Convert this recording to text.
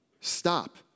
stop